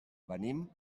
venim